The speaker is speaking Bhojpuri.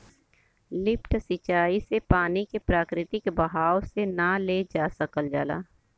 लिफ्ट सिंचाई से पानी के प्राकृतिक बहाव से ना ले जा सकल जाला